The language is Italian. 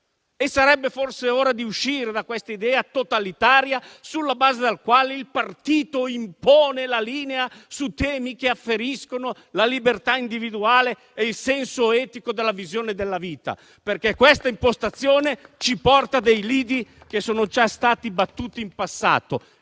Sarebbe forse ora di uscire da questa idea totalitaria sulla base della quale il partito impone la linea su temi che afferiscono alla libertà individuale e al senso etico della visione della vita. Questa impostazione ci porta a dei lidi che sono già stati battuti in passato